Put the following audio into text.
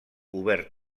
obert